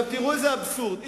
תראו איזה אבסורד.